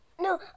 No